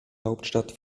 hauptstadt